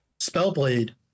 Spellblade